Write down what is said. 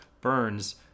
burns